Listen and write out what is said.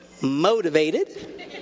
motivated